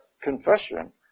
confession